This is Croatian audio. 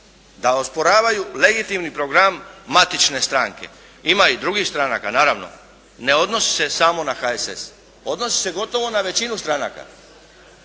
da osporavaju legitimni program matične stranke. Ima i drugih stranaka naravno, ne odnosi se samo na HSS. Odnosi se gotovo na većinu stranaka.